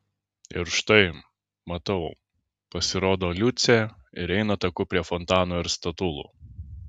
ir štai matau pasirodo liucė ir eina taku prie fontano ir statulų